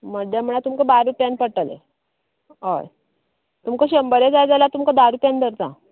मध्यम म्हळ्यार तुमका बारा रुपयान पडटले होय तुमका शंबर जाय जाल्यार तुमका धा रुपयान धरता